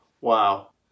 wow